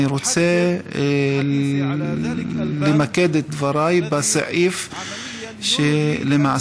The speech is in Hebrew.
אני רוצה למקד את דבריי בסעיף שלמעשה